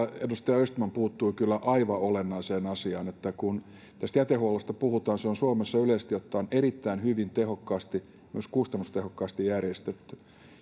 edustaja östman puuttui kyllä aivan olennaiseen asiaan kun tästä jätehuollosta puhutaan niin se on suomessa yleisesti ottaen erittäin hyvin tehokkaasti myös kustannustehokkaasti järjestetty